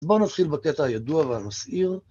בואו נתחיל בקטע הידוע והמסעיר.